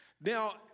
Now